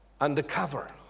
undercover